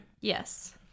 Yes